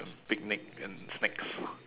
picnic and snacks